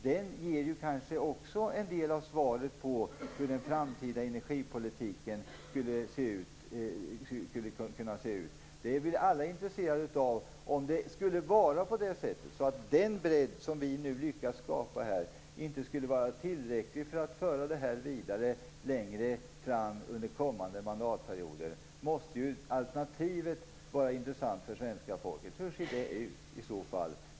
Den ger kanske också en del av svaret på hur den framtida energipolitiken skulle kunna se ut. Vi är alla intresserade av det, om det skulle vara så att den bredd som vi lyckats skapa här inte skulle vara tillräcklig för att föra detta vidare under kommande mandatperioder. Alternativet måste ju vara intressant för svenska folket. Hur ser det ut?